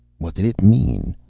what did it mean?